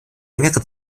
längere